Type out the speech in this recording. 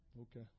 Okay